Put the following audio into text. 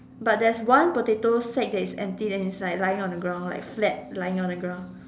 but there's one potato sack that is empty inside lying on the ground like flat lying on the ground